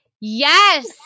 Yes